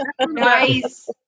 nice